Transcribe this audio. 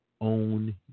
own